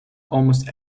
almost